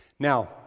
Now